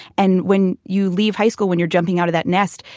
and when you leave high school, when you're jumping out of that nest,